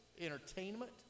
entertainment